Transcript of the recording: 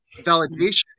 validation